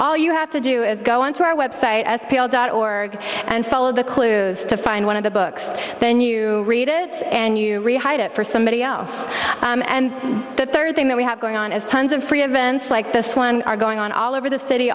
all you have to do is go onto our website as pale dot org and follow the clues to find one of the books then you read it and you for somebody else and the third thing that we have going on as tons of free events like this one are going on all over the city